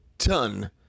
ton